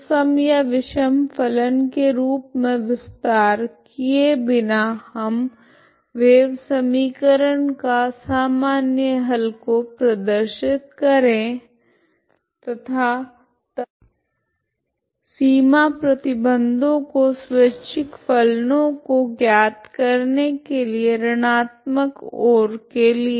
तो सम या विषम फलन के रूप मे विस्तार किए बिना हम वेव समीकरण का सामान्य हल को प्रदर्शित करे तथा तब सीमा प्रतिबंधों को स्वैच्छिक फलनों को ज्ञात करने के लिए ऋणात्मक ओर के लिए